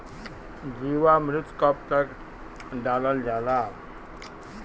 जीवामृत कब कब डालल जाला?